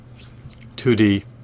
2D